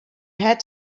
had